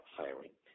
hiring